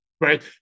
right